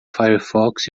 firefox